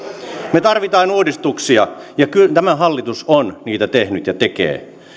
me tarvitsemme uudistuksia ja tämä hallitus on niitä tehnyt ja tekee